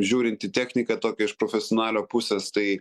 žiūrint į techniką tokią iš profesionalio pusės tai